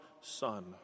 Son